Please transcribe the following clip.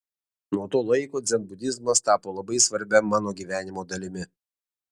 nuo to laiko dzenbudizmas tapo labai svarbia mano gyvenimo dalimi